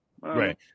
Right